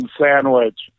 sandwich